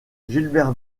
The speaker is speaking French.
gilbert